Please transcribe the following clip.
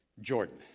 Jordan